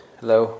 hello